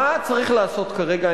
מה צריך לעשות כרגע?